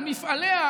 על מפעליה,